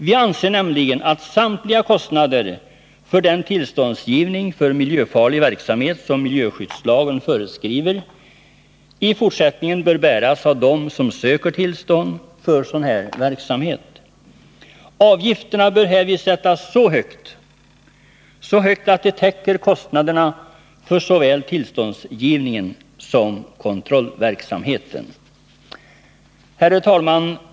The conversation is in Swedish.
Vi anser nämligen att samtliga kostnader för den tillståndsgivning för miljöfarlig verksamhet som miljöskyddslagen föreskriver i fortsättningen bör bäras av dem som söker tillstånd för sådan verksamhet. Avgifterna bör därvid sättas så högt att de täcker kostnaderna för såväl tillståndsgivningen som kontrollverksamheten. Herr talman!